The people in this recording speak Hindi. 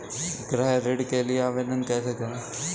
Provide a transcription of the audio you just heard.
गृह ऋण के लिए आवेदन कैसे करें?